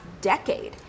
decade